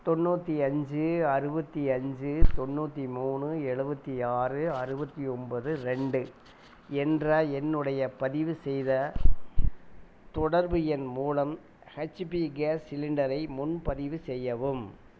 தொண்ணூற்றி அஞ்சு அறுபத்தி அஞ்சு தொண்ணூற்றி மூணு எழுபத்தி ஆறு அறுபத்தி ஒம்பது ரெண்டு என்ற என்னுடைய பதிவு செய்த தொடர்பு எண் மூலம் ஹெச்பி கேஸ் சிலிண்டரை முன்பதிவு செய்யவும்